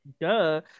duh